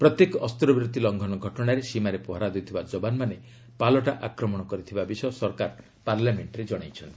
ପ୍ରତ୍ୟେକ ଅସ୍ତ୍ରବିରତି ଲଙ୍ଘନ ଘଟଣାରେ ସୀମାରେ ପହରା ଦେଉଥିବା ଯବାନ୍ମାନେ ପାଲଟା ଆକ୍ରମଣ କରିଥିବା ବିଷୟ ସରକାର ପାର୍ଲାମେଷ୍ଟ୍ରେ ଜଣାଇଛନ୍ତି